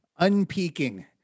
Unpeaking